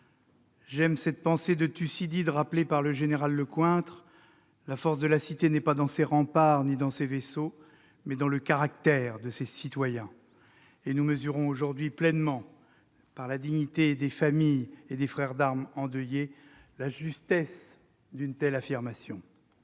J'aime cette pensée de Thucydide, rappelée par le général Lecointre :« La force de la cité ne réside ni dans ses remparts ni dans ses vaisseaux, mais dans le caractère de ses citoyens ». Nous mesurons pleinement aujourd'hui, par la dignité des familles et des frères d'armes endeuillés, la justesse d'une telle affirmation.